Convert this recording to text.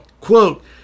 quote